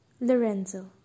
Lorenzo